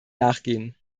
nachgehen